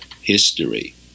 history